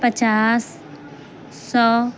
پچاس سو